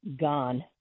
gone